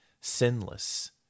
sinless